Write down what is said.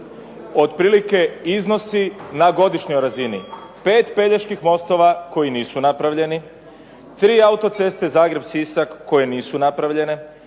otprilike iznosi na godišnjoj razini 5 Peljeških mostova koji nisu napravljeni, 3 autoceste Zagreb-Sisak koje nisu napravljene,